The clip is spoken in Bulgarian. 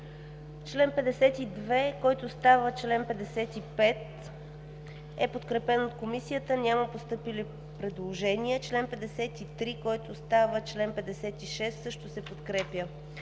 Член 52, който става чл. 55 е подкрепен от Комисията. Няма постъпили предложения. Член 53, който става чл. 56, също се подкрепя